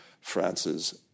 France's